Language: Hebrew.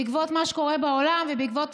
בעקבות